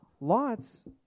Lots